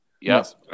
Yes